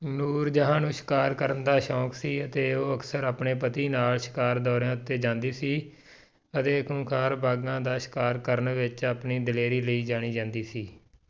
ਨੂਰ ਜਹਾਂ ਨੂੰ ਸ਼ਿਕਾਰ ਕਰਨ ਦਾ ਸ਼ੌਕ ਸੀ ਅਤੇ ਉਹ ਅਕਸਰ ਆਪਣੇ ਪਤੀ ਨਾਲ ਸ਼ਿਕਾਰ ਦੌਰਿਆਂ ਉੱਤੇ ਜਾਂਦੀ ਸੀ ਅਤੇ ਖੂੰਖਾਰ ਬਾਘਾਂ ਦਾ ਸ਼ਿਕਾਰ ਕਰਨ ਵਿੱਚ ਆਪਣੀ ਦਲੇਰੀ ਲਈ ਜਾਣੀ ਜਾਂਦੀ ਸੀ